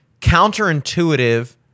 counterintuitive